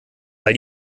weil